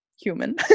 human